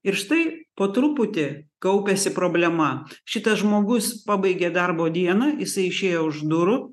ir štai po truputį kaupiasi problema šitas žmogus pabaigė darbo dieną jisai išėjo už durų